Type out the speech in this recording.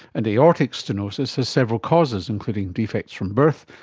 and aortic stenosis has several causes, including defects from birth,